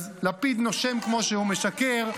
אז לפיד נושם כמו שהוא משקר.